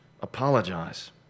apologize